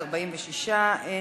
אני